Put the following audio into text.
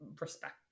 respect